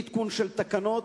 אי-עדכון של תקנות,